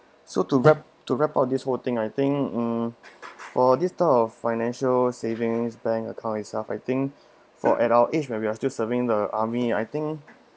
so to wrap to wrap up this whole thing I think mm for this type of financial savings bank account itself I think for at our age when we are still serving the army I think